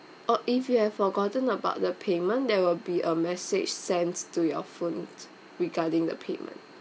oh if you have forgotten about the payment there will be a message sent to your phone regarding the payment